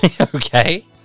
Okay